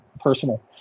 personal